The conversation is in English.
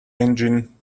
engine